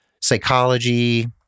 Psychology